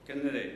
כנראה.